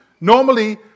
Normally